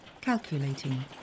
Calculating